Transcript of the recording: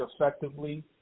effectively